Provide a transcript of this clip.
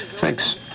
thanks